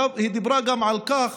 היא דיברה גם על כך